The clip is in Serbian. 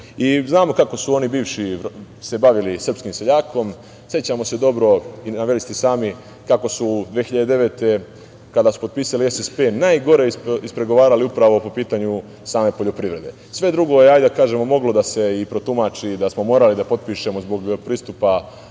kako su oni bivši se bavili srpskim seljakom. Sećamo se dobro, naveli ste i sami kako su 2009. godine, kada su potpisali SPP, najgore ispregovarali upravo po pitanju same poljoprivrede. Sve drugo je, hajde da kažemo, moglo da se protumači da smo morali da potpišemo zbog pristupa